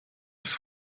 ist